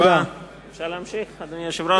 אפשר להמשיך, אדוני היושב-ראש?